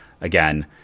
Again